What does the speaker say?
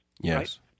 Yes